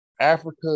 Africa